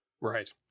Right